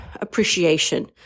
appreciation